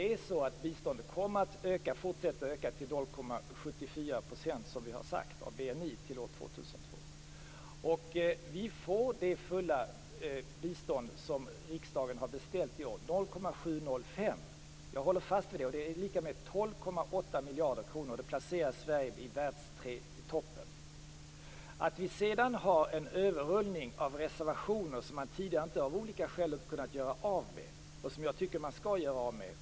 Fru talman! Biståndet kommer att fortsätta att öka till 0,74 % av BNI år 2002, som vi har sagt. Vi får det fulla bistånd som riksdagen har beställt i år, 0,705 %. Jag håller fast vid det. Det är lika med 12,8 miljarder kronor. Det placerar Sverige i världstoppen. Sedan har vi en överrullning av reservationer som man tidigare inte kunnat göra av med av olika skäl, och som jag tycker att man skall göra av med.